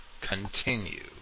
continue